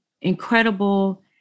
incredible